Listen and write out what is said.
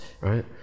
right